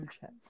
check